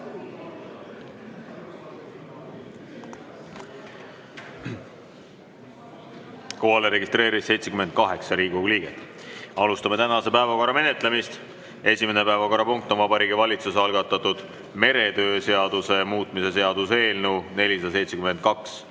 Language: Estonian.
registreerus 78 Riigikogu liiget. Alustame tänase päevakorra menetlemist. Esimene päevakorrapunkt on Vabariigi Valitsuse algatatud meretöö seaduse muutmise seaduse eelnõu 472.